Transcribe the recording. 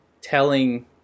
telling